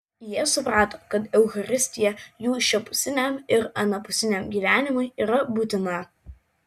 jie suprato kad eucharistija jų šiapusiniam ir anapusiniam gyvenimui yra būtina